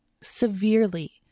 severely